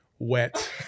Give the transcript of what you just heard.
Wet